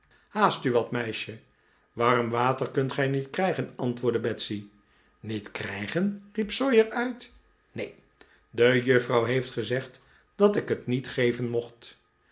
haast u wat meisje warm water kunt gij niet krijgen antwoordde betsy niet krijgen riep sawyer uit neen de juffrouw heeft gezegd dat ik het niet geven mocht